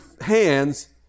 hands